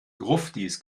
gruftis